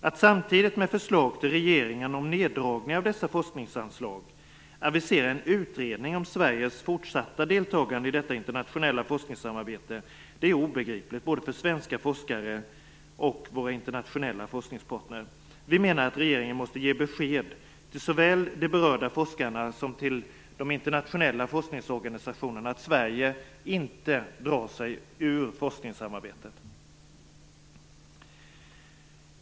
Att samtidigt med förslag till riksdagen om neddragningar av dessa forskningsanslag avisera en utredning om Sveriges fortsatta deltagande i detta internationella forskningssamarbete är obegripligt både för svenska forskare och för våra internationella forskningspartner. Vi menar att regeringen måste ge besked såväl till de berörda forskarna som till de internationella forskningsorganisationerna att Sverige inte drar sig ur forskningssamarbetet.